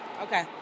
okay